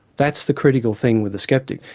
that's the critical thing with the sceptic.